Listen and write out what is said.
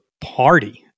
party